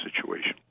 Situation